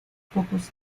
pocos